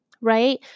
right